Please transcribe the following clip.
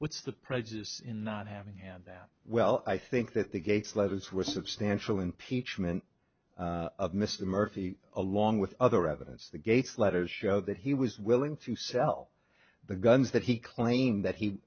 what's the prejudice in not having had that well i think that the gates letters were substantial impeachment of mr murphy along with other evidence the gates letters show that he was willing to sell the guns that he claimed that he